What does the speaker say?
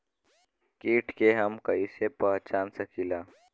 कीट के हम कईसे पहचान सकीला